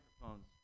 microphones